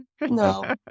No